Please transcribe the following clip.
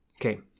Okay